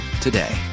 today